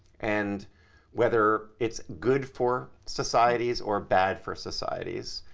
and whether it's good for societies or bad for societies,